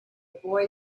boy